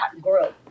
growth